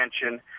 attention